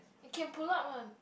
it can pull up one